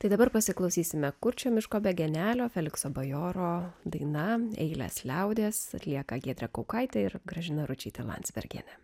tai dabar pasiklausysime kurčio miško be genelio felikso bajoro daina eiles liaudies atlieka giedrė kaukaitė ir gražina ručytė landsbergienė